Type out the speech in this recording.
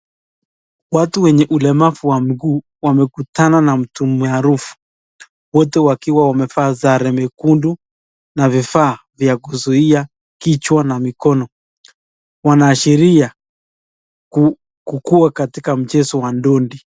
Watu wenye ulemavu wa miguu wamekutana na mtu maarufu, wote wakiwa wamevaa sare nyekundu na vifaa vya kuzuia kichwa na mikono. Wanaashiria kukuwa katika mchezo wa dondi.